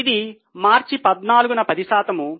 ఇది మార్చి 14న 10 శాతము